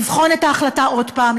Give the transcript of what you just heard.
לבחון את ההחלטה עוד פעם,